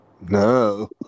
No